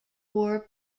war